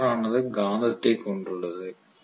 rotor ஆனது காந்தத்தைக் கொண்டுள்ளது